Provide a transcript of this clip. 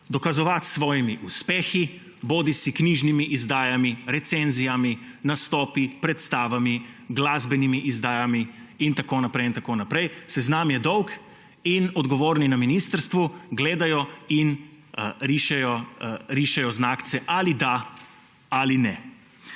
dokazovati s svojimi uspehi, bodisi knjižnimi izdajami, recenzijami, nastopi, predstavami bodisi glasbenimi izdajami in tako naprej in tako naprej, seznam je dolg. In odgovorni na ministrstvu gledajo in rišejo znakce, ali da ali ne.